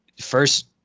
first